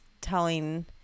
telling